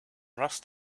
rust